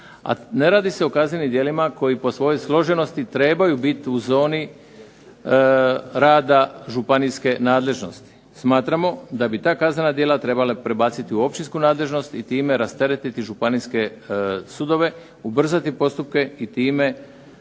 ne radi se o kaznenim djelima koji po svojoj složenosti trebaju biti u zoni rada županijske nadležnosti. Smatramo da bi ta kaznena djela trebalo prebaciti u općinsku nadležnost, i time rasteretiti županijske sudove, ubrzati postupke i time